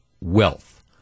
wealth